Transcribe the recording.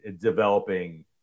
developing